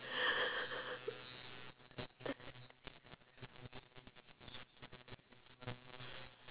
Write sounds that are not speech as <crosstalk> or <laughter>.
<laughs>